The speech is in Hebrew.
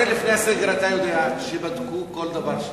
הרי לפני הסגר אתה יודע שבדקו כל דבר שם.